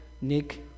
Nick